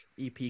EP